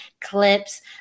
clips